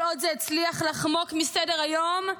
כל עוד זה הצליח לחמוק מסדר-היום,